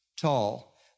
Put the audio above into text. tall